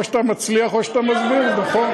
או שאתה מצליח או שאתה, נכון?